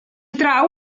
draw